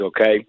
okay